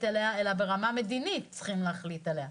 עליה אלא ברמה המדינית צריכים להחליט עליה.